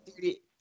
Duty